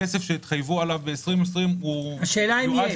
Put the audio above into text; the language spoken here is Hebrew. כסף שהתחייבו עליו מ-2020- -- השאלה אם יש.